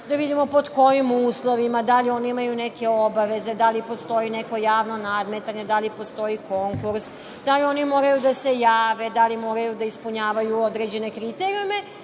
da vidimo pod kojim uslovima, da li oni imaju neke obaveze, da li postoji neko javno nadmetanje, da li postoji konkurs, da li oni moraju da se jave, da li moraju da ispunjavaju određene kriterijume.